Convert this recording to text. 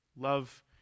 Love